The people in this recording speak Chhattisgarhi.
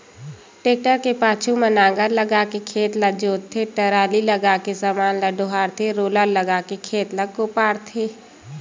टेक्टर के पाछू म नांगर लगाके खेत ल जोतथे, टराली लगाके समान ल डोहारथे रोलर लगाके खेत ल कोपराथे